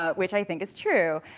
ah which i think is true,